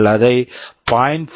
நீங்கள் அதை 0